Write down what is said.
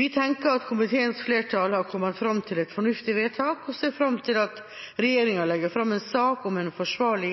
Vi tenker at komiteens flertall har kommet fram til et fornuftig vedtak, og ser fram til at regjeringa legger fram en sak om en forsvarlig